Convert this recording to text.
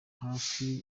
hafi